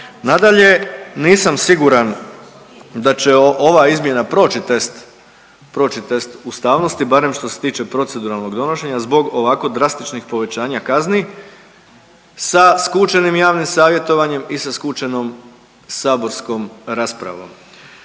Nadalje, nisam siguran da će ova izmjena proći test, proći test ustavnosti barem što se tiče proceduralnog donošenja zbog ovako drastičnih povećanja kazni sa skučenim javnim savjetovanjem i sa skučenom saborskom raspravom.